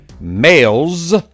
Males